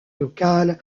locale